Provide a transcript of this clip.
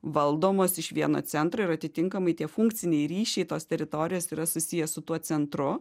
valdomos iš vieno centro ir atitinkamai tie funkciniai ryšiai tos teritorijos yra susiję su tuo centru